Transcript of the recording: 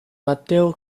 matteo